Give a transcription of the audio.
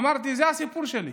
אמרתי: זה הסיפור שלי,